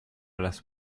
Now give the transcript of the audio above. las